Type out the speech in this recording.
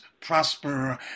prosper